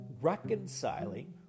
Reconciling